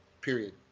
period